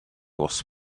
was